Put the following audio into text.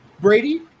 Brady